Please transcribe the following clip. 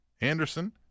Anderson